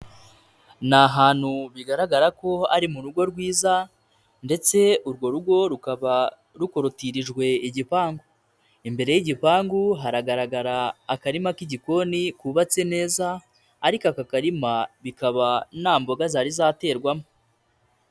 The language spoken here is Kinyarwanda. Ni ahantu bigaragara ko ari mu rugo rwiza ndetse urwo rugo rukaba rukorotirijwe igipangu, imbere y'igipangu hagaragara akarima k'igikoni kubabatse neza ariko aka karima bikaba nta mboga zari zaterwamo.